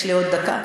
יש לי עוד דקה.